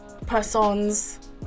Persons